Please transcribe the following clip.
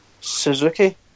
Suzuki